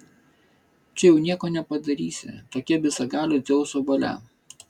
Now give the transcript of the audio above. čia jau nieko nepadarysi tokia visagalio dzeuso valia